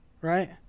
right